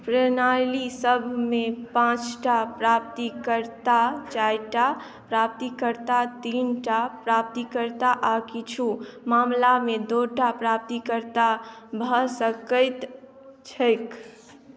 प्रणालीसभमे पाँच टा प्राप्तिकर्ता चारि टा प्राप्तिकर्ता तीन टा प्राप्तिकर्ता आ किछु मामलामे दू टा प्राप्तिकर्ता भऽ सकैत छैक